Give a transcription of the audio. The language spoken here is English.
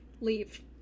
leave